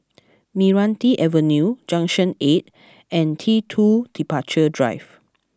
Meranti Avenue Junction Eight and T Two Departure Drive